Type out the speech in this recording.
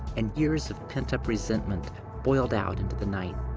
and years of pent-up resentment boiled out into the night.